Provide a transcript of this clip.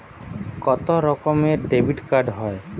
কত রকমের ডেবিটকার্ড হয়?